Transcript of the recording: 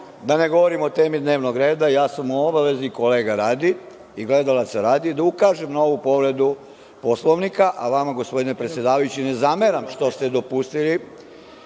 da ne govorimo o temi dnevnog reda ja sam u obavezi, kolega radi i gledalaca radi, da ukažem na ovu povredu Poslovnika, a vama gospodine predsedavajući ne zameram što ste dopustili